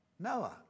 Noah